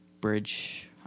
bridge